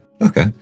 Okay